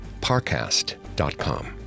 parcast.com